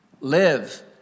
Live